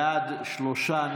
בעד, שלושה,